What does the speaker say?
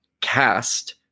cast